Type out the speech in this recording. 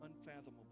unfathomable